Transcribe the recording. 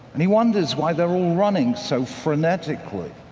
and he wonders why they're all running so frenetically.